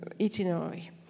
itinerary